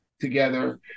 together